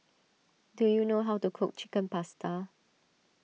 do you know how to cook Chicken Pasta